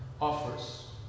offers